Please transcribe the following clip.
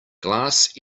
glass